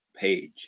page